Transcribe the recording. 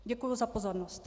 Děkuji za pozornost.